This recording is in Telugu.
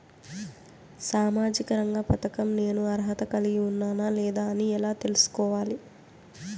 సామాజిక రంగ పథకం నేను అర్హత కలిగి ఉన్నానా లేదా అని ఎలా తెల్సుకోవాలి?